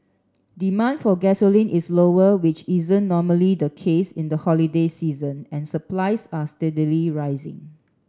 demand for gasoline is lower which isn't normally the case in the holiday season and supplies are steadily rising